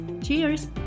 Cheers